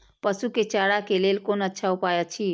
पशु के चारा के लेल कोन अच्छा उपाय अछि?